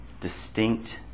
distinct